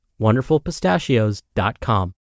WonderfulPistachios.com